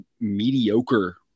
mediocre